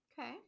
Okay